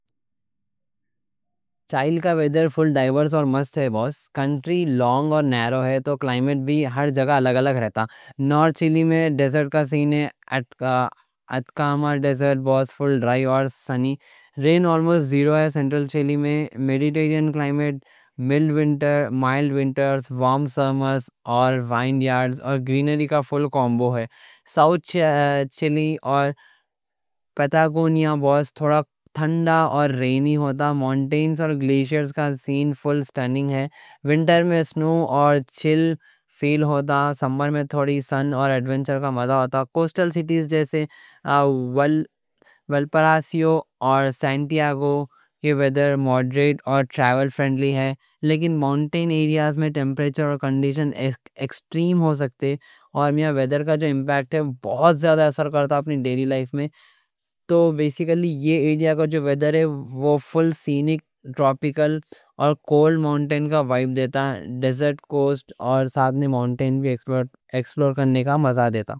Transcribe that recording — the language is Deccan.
چِلی کا ویڈر فل ڈائیورس اور مست ہے، بس کنٹری لانگ اور نیرو ہے۔ تو کلائمیٹ بھی ہر جگہ الگ الگ رہتا، نارتھ چِلی میں ڈیزرٹ کا سین ہے اٹاکاما ڈیزرٹ بس فل ڈرائی اور سنی، رین آلموسٹ زیرو ہے۔ سنٹرل چِلی میں میڈیٹرینین کلائمیٹ، مائلڈ ونٹر، وارم سمرز اور وائن یارڈ اور گرینری کا فل کومبو ہے۔ ساوتھ چِلی اور پتاگونیا بس تھوڑا ٹھنڈا اور رینی ہوتا، مانٹینز اور گلیشئرز کا سین فل سٹننگ ہے۔ ونٹر میں سنو اور چِل فیل ہوتا، سمر میں تھوڑی سَن اور ایڈونچر کا مزہ ہوتا۔ کوسٹل سٹیز جیسے والپارائیسو یا سانتیاگو موڈریٹ اور ٹریول فرنڈلی ہے، لیکن مانٹین ایریاز میں ٹیمپریچر اور کنڈیشن ایکسٹریم ہو سکتے اور ویڈر کا جو امپیکٹ ہے بہت زیادہ اثر کرتا اپنی ڈیلی لائف میں۔ تو بسیکلی یہاں کا جو ویڈر ہے وہ فل سین ہے، ٹروپیکل اور کولڈ مانٹین کا وائب دیتا، ڈیزرٹ، کوسٹ اور ساتھ میں مانٹین بھی ایکسپلور کرنے کا مزہ دیتا۔